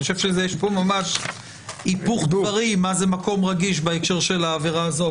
אני חושב שיש פה ממש היפוך דברים מה זה מקום רגיש בהקשר של העבירה הזאת.